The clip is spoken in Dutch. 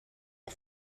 een